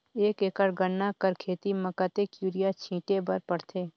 एक एकड़ गन्ना कर खेती म कतेक युरिया छिंटे बर पड़थे?